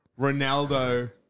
Ronaldo